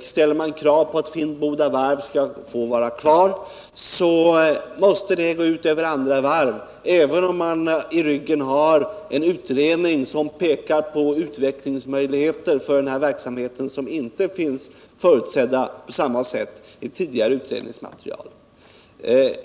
ställer kravet att Finnboda varv skall få vara kvar, så kommer det att gå ut över andra varv, även om man i ryggen har en utredning som pekar på utvecklingsmöjligheter för den här verksamheten, vilka inte finns tillgodosedda på samma sätt i tidigare utredningsmaterial.